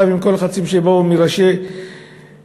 ועם כל הלחצים שבאו מראשי הקואליציה,